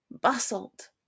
basalt